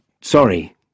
sorry